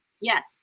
Yes